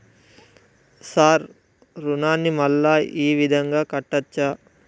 Sir రుణాన్ని మళ్ళా ఈ విధంగా కట్టచ్చా?